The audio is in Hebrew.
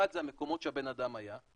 אחד זה המקומות שהבן אדם היה,